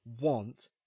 want